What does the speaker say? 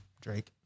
Drake